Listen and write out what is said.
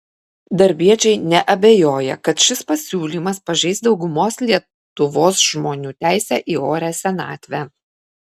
darbiečiai neabejoja kad šis pasiūlymas pažeis daugumos lietuvos žmonių teisę į orią senatvę